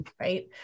Right